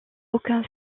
aucun